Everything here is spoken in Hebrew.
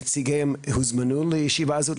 נציגיהם הוזמנו לישיבה זאת,